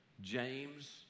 James